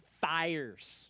fires